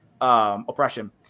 oppression